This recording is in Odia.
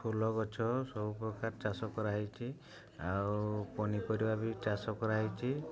ଫୁଲ ଗଛ ସବୁପ୍ରକାର ଚାଷ କରାହେଇଛି ଆଉ ପନିପରିବା ବି ଚାଷ କରାହେଇଛି